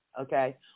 okay